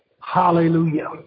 Hallelujah